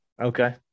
Okay